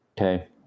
Okay